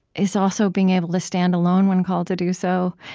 is also being able to stand alone when called to do so.